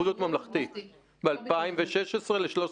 ב-2016 ל-13,500.